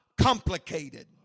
complicated